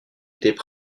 étaient